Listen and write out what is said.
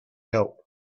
help